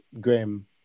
Graham